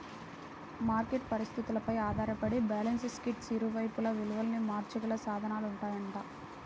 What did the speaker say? market పరిస్థితులపై ఆధారపడి balance షీట్కి ఇరువైపులా విలువను మార్చగల సాధనాలుంటాయంట